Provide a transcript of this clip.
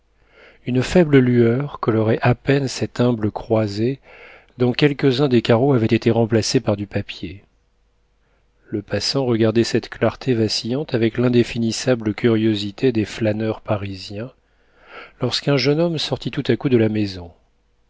une faible lueur colorait à peine cette humble croisée dont quelques-uns des carreaux avaient été remplacés par du papier le passant regardait cette clarté vacillante avec l'indéfinissable curiosité des flâneurs parisiens lorsqu'un jeune homme sortit tout à coup de la maison